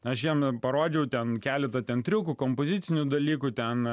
aš jam parodžiau ten keletą centriukų kompozicinių dalykų ten